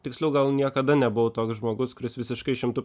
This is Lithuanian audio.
tiksliau gal niekada nebuvau toks žmogus kuris visiškai šimtu